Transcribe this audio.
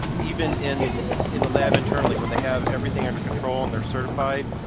even in in the lab internally when they have everything under control and they're certified,